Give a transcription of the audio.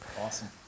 Awesome